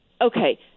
Okay